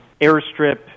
airstrip